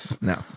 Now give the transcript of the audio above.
No